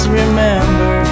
remember